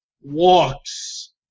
Walks